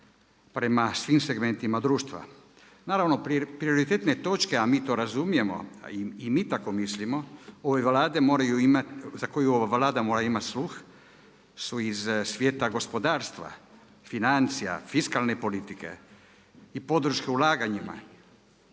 prema svim segmentima društva. Naravno prioritetne točke a mi to razumijemo i mi tako mislimo ove Vlade moraju imati, za koje ova Vlada mora imati sluh su iz svijeta gospodarstva, financija, fiskalne politike i podrške ulaganjima,